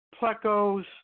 plecos